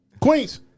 queens